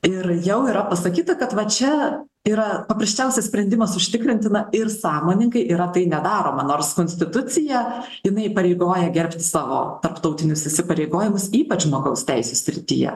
ir jau yra pasakyta kad va čia yra paprasčiausias sprendimas užtikrinti ir sąmoningai yra tai nedaroma nors konstitucija jinai įpareigoja gerbti savo tarptautinius įsipareigojimus ypač žmogaus teisių srityje